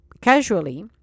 casually